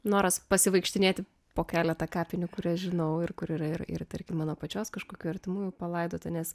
noras pasivaikštinėti po keletą karpinių kurias žinau ir kur yra ir ir tarkim mano pačios kažkokių artimųjų palaidota nes